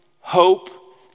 hope